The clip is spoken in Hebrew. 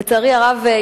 לצערי הרב,